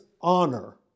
honor